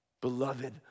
beloved